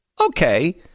Okay